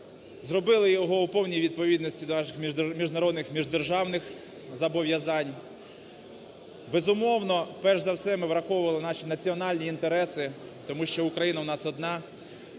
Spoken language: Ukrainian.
зробили його у повній відповідності до наших міжнародних, міждержавних зобов'язань. Безумовно, перш за все ми враховували наші національні інтереси, тому що Україна у нас одна,